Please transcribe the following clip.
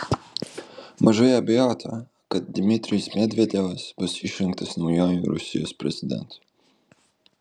mažai abejota kad dmitrijus medvedevas bus išrinktas naujuoju rusijos prezidentu